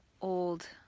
old